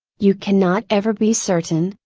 you cannot ever be certain,